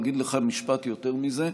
אגיד לך משפט יותר מזה: